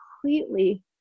completely